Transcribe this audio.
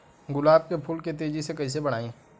गुलाब के फूल के तेजी से कइसे बढ़ाई?